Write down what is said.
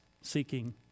seeking